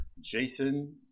Jason